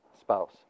spouse